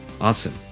Awesome